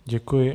Děkuji.